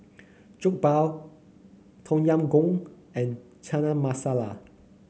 Jokbal Tom Yam Goong and Chana Masala